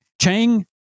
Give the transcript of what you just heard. Chang